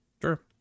sure